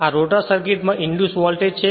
આ rotor circuit માં induce voltage છે